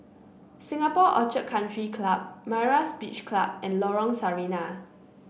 Singapore Orchid Country Club Myra's Beach Club and Lorong Sarina